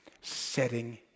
setting